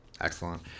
Excellent